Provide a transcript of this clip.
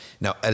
Now